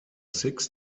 six